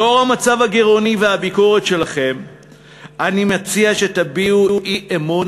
לאור המצב הגירעוני והביקורת שלכם אני מציע שתביעו אי-אמון